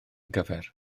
gyfer